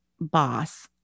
boss